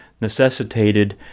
necessitated